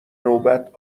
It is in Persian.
نوبت